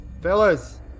Fellas